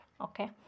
Okay